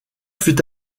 fut